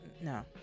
no